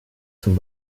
zum